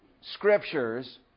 Scriptures